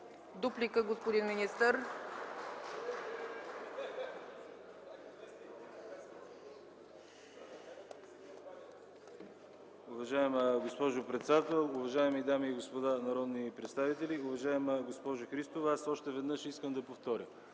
Дуплика, господин министър.